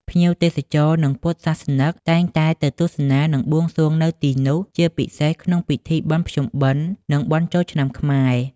ភ្ញៀវទេសចរនិងពុទ្ធសាសនិកតែងតែទៅទស្សនានិងបួងសួងនៅទីនោះ ជាពិសេសក្នុងពិធីបុណ្យភ្ជុំបិណ្ឌនិងបុណ្យចូលឆ្នាំខ្មែរ។